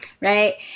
right